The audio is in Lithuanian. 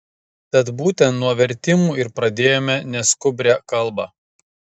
tad būtent nuo vertimų ir pradėjome neskubrią kalbą